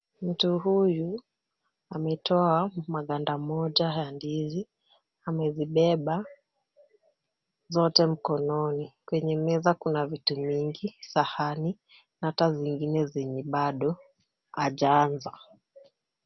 Mtu huyu, ametoa maganda moja ya ndizi. Amezibeba zote mkononi .Kwenye meza kuna vitu nyingi .,sahanai, hata zingine zime, bado haijaanza.